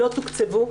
לא תוקצבו,